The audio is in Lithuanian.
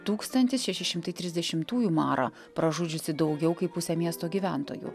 tūkstantis šeši šimtai trisdešimtųjų marą pražudžiusį daugiau kaip pusę miesto gyventojų